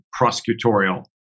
prosecutorial